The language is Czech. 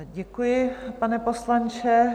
Děkuji, pane poslanče.